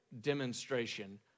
demonstration